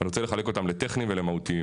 אני רוצה לחלק אותם לטכניים ולמהותיים.